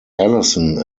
alison